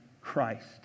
Christ